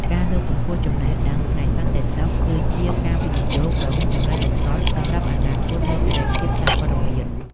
ការលើកកម្ពស់ចំណេះដឹងផ្នែកសន្តិសុខ គឺជាការវិនិយោគដ៏មានតម្លៃបំផុតសម្រាប់អនាគតនៃសេរីភាពសារព័ត៌មាន។